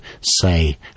say